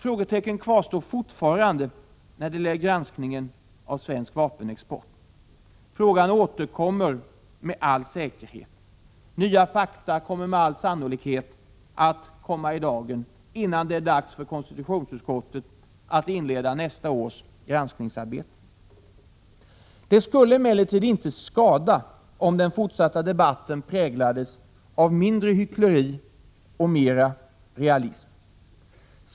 Frågetecken kvarstår fortfarande när det gäller granskningen av svensk vapenexport. Frågan återkommer med all säkerhet. Nya fakta kommer med all sannolikhet att komma i dagen innan det är dags för konstitutionsutskottet att inleda nästa års granskningsarbete. Det skulle emellertid inte skada om den fortsatta debatten präglades av mindre hyckleri och av mera realism.